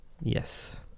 Yes